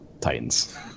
Titans